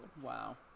Wow